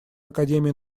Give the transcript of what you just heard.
академии